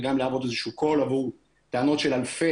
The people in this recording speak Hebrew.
וגם להוות איזה שהוא קול עבור טענות של אלפי,